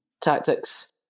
tactics